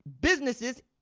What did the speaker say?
businesses